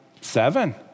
seven